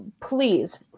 please